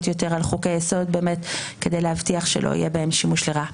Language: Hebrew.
יותר על חוקי היסוד כדי להבטיח שלא יהיה בהן שימוש לרעה.